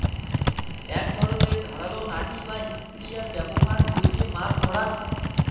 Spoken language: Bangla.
এক ধরণের ধারালো নাঠি বা স্পিয়ার ব্যবহার কইরে মাছ ধরাঙ